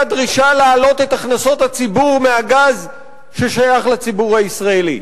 הדרישה להעלות את הכנסות הציבור מהגז ששייך לציבור הישראלי?